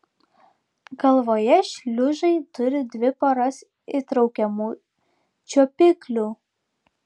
galvoje šliužai turi dvi poras įtraukiamų čiuopiklių